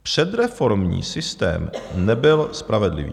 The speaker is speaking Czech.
Předreformní systém nebyl spravedlivý.